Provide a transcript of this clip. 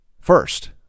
First